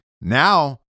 Now